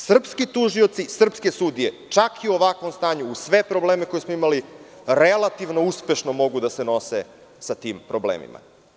Srpski tužioci, srpske sudije, čak i u ovakvom stanju, uz sve probleme koje smo imali, relativno uspešno mogu da se nose sa tim problemima.